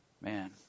man